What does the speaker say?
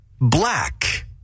black